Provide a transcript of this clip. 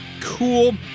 cool